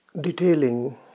detailing